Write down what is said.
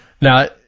Now